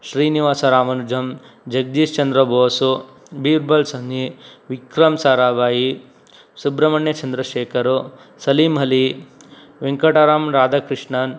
Srinivasa Ramanujan Jagadishchandra Bose Birbal Sahni Vikram Sarabhai Subrahmanyan Chandrasekhar Salim Ali Venkataraman Radhakrishnan